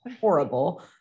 horrible